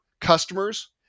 customers